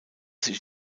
sich